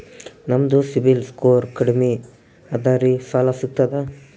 ನಮ್ದು ಸಿಬಿಲ್ ಸ್ಕೋರ್ ಕಡಿಮಿ ಅದರಿ ಸಾಲಾ ಸಿಗ್ತದ?